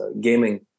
gaming